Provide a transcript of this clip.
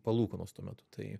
palūkanos tuo metu tai